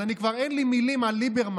אז כבר אין לי מילים על ליברמן,